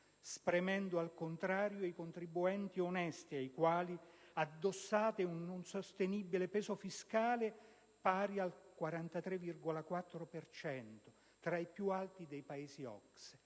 spremendo, al contrario, i contribuenti onesti, ai quali addossate un insostenibile peso fiscale, pari al 43,4 per cento, tra i più alti dei Paesi OCSE.